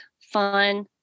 fun